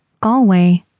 Galway